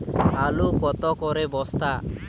আলু কত করে বস্তা?